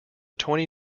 twenty